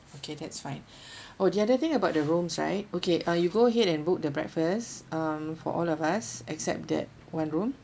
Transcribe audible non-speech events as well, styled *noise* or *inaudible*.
okay that's fine *breath* oh the other thing about the rooms right okay uh you go ahead and book the breakfast um for all of us except that one room